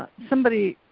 somebody,